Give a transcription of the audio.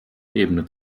ebene